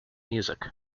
music